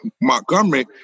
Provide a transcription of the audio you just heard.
Montgomery